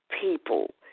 people